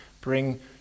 bring